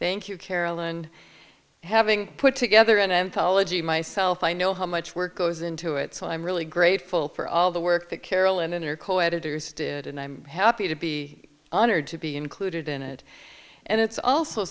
thank you carolyn having put together and i'm college myself i know how much work goes into it so i'm really grateful for all the work that carol and in are coeditors did and i'm happy to be honored to be included in it and it's also